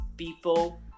People